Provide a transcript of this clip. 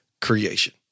creation